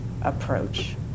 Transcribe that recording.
approach